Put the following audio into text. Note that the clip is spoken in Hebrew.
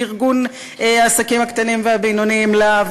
של ארגון העסקים הקטנים והבינוניים "להב",